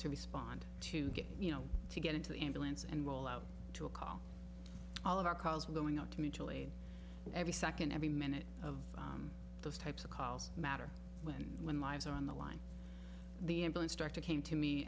to respond to get you know to get into the ambulance and roll out to a call all of our calls were going out to mutual aid every second every minute of those types of calls matter when when lives are on the line the able instructor came to me